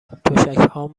تشکهام